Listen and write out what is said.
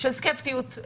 -- סקפטיות,